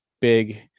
big